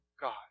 God